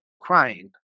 crying